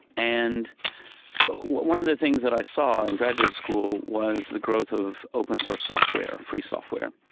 and one of the things that i saw in graduate school was the growth of open-source software, free software.